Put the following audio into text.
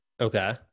okay